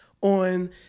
on